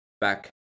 back